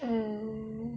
oo